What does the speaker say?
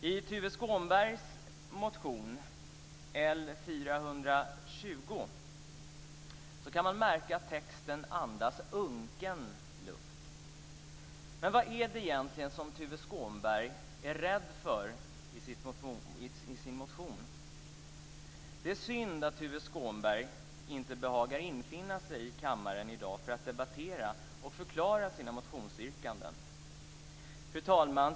I Tuve Skånbergs motion L420 kan man märka att texten andas unken luft. Vad är det egentligen Tuve Skånberg är rädd för i sin motion? Det är synd att Tuve Skånberg inte behagar infinna sig i kammaren i dag för att debattera och förklara sina motionsyrkanden. Fru talman!